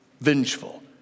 vengeful